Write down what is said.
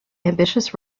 ambitious